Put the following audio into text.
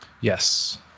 Yes